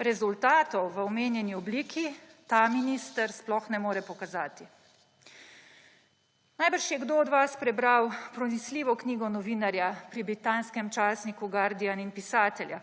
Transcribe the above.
Rezultatov v omenjeni obliki ta minister sploh ne more pokazati. Najbrž je kdo od vas prebral pronicljivo knjigo novinarja pri britanskem časniku Guardian in pisatelja